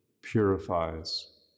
purifies